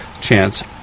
chance